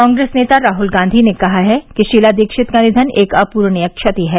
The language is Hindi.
कांग्रेस नेता राहुल गांधी ने कहा है कि शीला दीक्षित का निधन एक अपूर्णनीय क्षति है